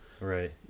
right